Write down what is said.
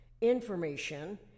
information